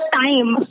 time